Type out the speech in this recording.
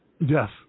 Yes